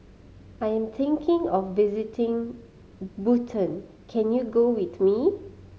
I'm thinking of visiting Bhutan can you go with me